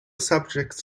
subjects